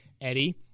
Eddie